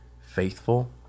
Faithful